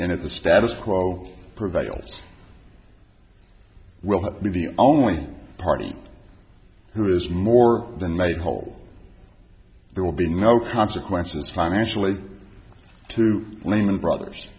know the status quo prevails will be the only party who is more than made whole there will be no consequences financially to lehman brothers